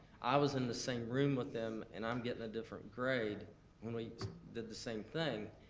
i was in the same room with them, and i'm getting a different grade when we did the same thing,